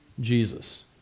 Jesus